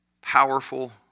powerful